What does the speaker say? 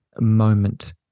moment